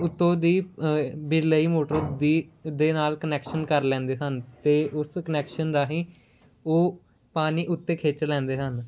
ਉੱਤੋਂ ਦੀ ਬਿੱਲ ਲਈ ਮੋਟਰ ਦੇ ਨਾਲ ਕਨੈਕਸ਼ਨ ਕਰ ਲੈਂਦੇ ਸਨ ਅਤੇ ਉਸ ਕਨੈਕਸ਼ਨ ਰਾਹੀਂ ਉਹ ਪਾਣੀ ਉੱਤੇ ਖਿੱਚ ਲੈਂਦੇ ਸਨ